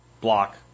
block